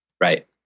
Right